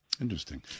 Interesting